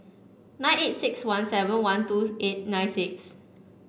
nine eight six one seven one two eight nine six